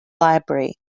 library